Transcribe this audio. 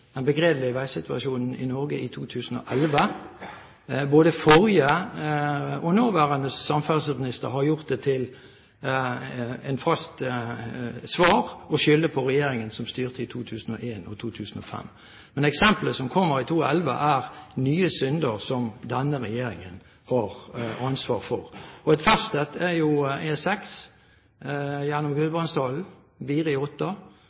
den begredelige veisituasjonen i Norge i 2011. Både forrige og nåværende samferdselsminister har gjort det til et fast svar å skylde på regjeringen som styrte fra 2001 til 2005. Men eksempler som har kommet i 2011, er nye synder som denne regjeringen har ansvar for. Et ferskt et er jo E6 gjennom